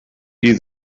qui